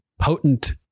potent